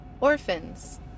Orphans